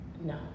no